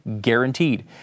guaranteed